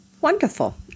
wonderful